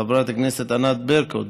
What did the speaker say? חברת הכנסת ענת ברקו,